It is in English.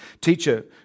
Teacher